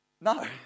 No